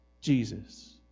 Jesus